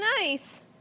nice